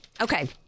Okay